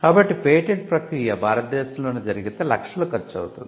కాబట్టి పేటెంట్ ప్రక్రియ భారతదేశంలోనే జరిగితే లక్షలు ఖర్చవుతుంది